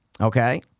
Okay